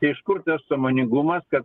iš kur tas sąmoningumas kad